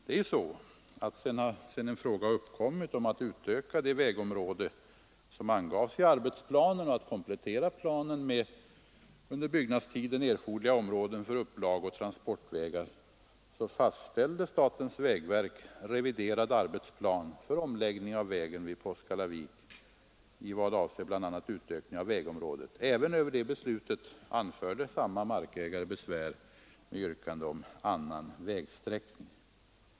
Efter det att fråga uppkommit om att utöka det vägområde som angavs i arbetsplanerna kompletterades planen med under byggnadstiden erforderliga områden för upplag och transportvägar, och därefter fastställde statens vägverk reviderad arbetsplan för omläggning av vägen vid Påskallavik i vad avser bl.a. utökning av vägområdet. Även över det beslutet anförde samme markägare besvär med yrkande om annan vägsträckning.